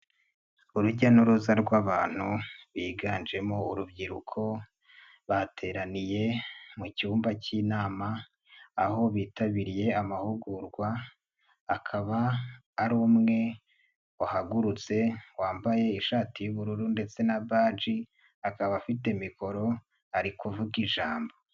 Urujya n'uruza rw'abantu biganjemo urubyiruko bateraniye mu cyumba k'inama, aho bitabiriye amahugurwa akaba ari umwe wahagurutse wambaye ishati y'ubururu, ndetse na baji akaba afite mikoro ari kuvuga ijambo.